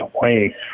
away